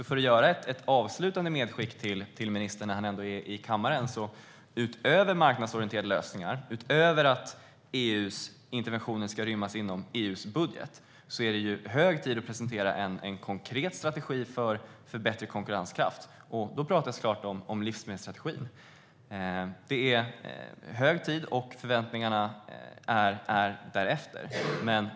För att göra ett avslutande medskick till ministern när han ändå är här i kammaren vill jag säga att utöver marknadsorienterade lösningar och utöver att EU:s interventioner ska rymmas inom EU:s budget är det hög tid att presentera en konkret strategi för bättre konkurrenskraft. Jag pratar såklart om livsmedelsstrategin. Det är hög tid, och förväntningarna är därefter.